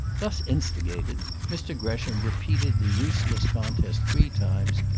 thus instigated, mr gresham repeated the useless contest three times,